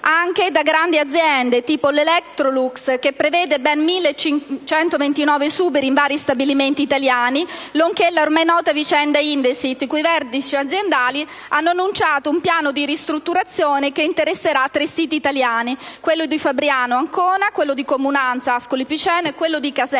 anche da grandi aziende, tipo l'Electrolux, che prevede ben 1.129 esuberi in vari stabilimenti italiani, nonché la ormai nota vicenda Indesit, i cui vertici aziendali hanno annunciato un piano di ristrutturazione che interesserà tre siti italiani (quello di Fabriano, in provincia di Ancona, quello di Comunanza, in provincia di Ascoli Piceno, e quello di Caserta),